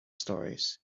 stories